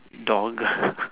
dogle